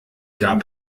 gab